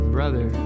Brother